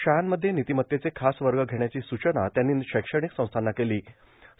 शाळांमध्ये र्नितीमत्तेचे खास वग घेण्याची सूचना त्यांनी शैक्षाणक संस्थांना केलां